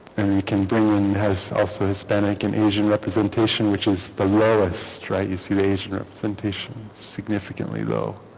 and you can billion has also hispanic and asian representation which is the lowest right you see the asian representation significantly though